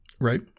Right